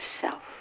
self